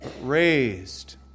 raised